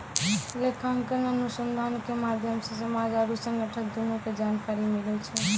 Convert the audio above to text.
लेखांकन अनुसन्धान के माध्यम से समाज आरु संगठन दुनू के जानकारी मिलै छै